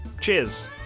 cheers